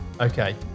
Okay